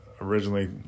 originally